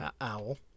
owl